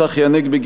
צחי הנגבי,